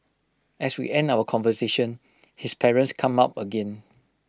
as we end our conversation his parents come up again